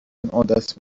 عادت